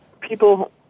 people